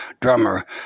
Drummer